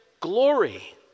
Glory